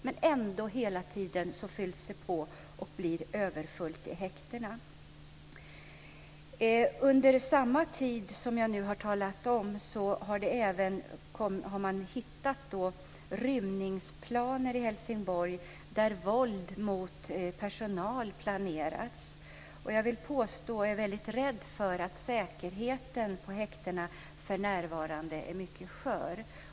Men det fylls ändå på hela tiden, och det blir överfullt i häktena. Under den tid som jag nu har talat om har man hittat rymningsplaner i Helsingborg där våld mot personal planerats. Jag är väldigt rädd för att säkerheten på häktena för närvarande är mycket skör.